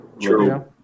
True